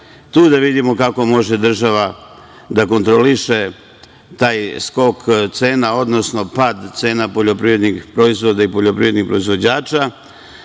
Tu da vidimo kako može država da kontroliše taj skok cena, odnosno pad cena poljoprivrednih proizvoda i poljoprivrednih proizvođača,